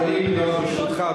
ברשותך,